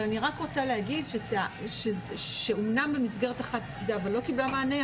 אני רק רוצה להגיד שאמנם במסגרת אחת זהבה לא קיבלה מענה,